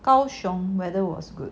gaoxiong weather was good